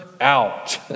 out